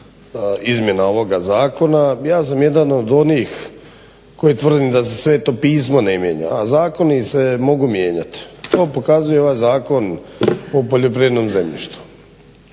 izmjena ovoga zakona. Ja sam jedan od onih koji tvrdim da se Sveto Pismo ne mijenja, a zakoni se mogu mijenjati. To pokazuje i ovaj Zakon o poljoprivrednom zemljištu.